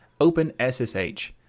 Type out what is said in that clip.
OpenSSH